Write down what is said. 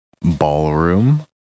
ballroom